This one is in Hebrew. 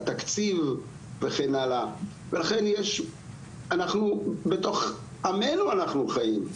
תקציב וכן הלאה ולכן אנחנו בתוך עמנו אנחנו חיים,